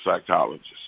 psychologist